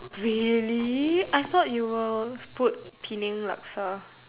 really I thought you will put Penang Laksa